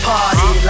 Party